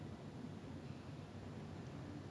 like a lot of people I know didn't know who he was also